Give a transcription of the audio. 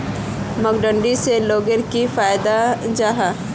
Marketing से लोगोक की फायदा जाहा?